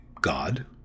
God